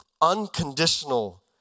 unconditional